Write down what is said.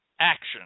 action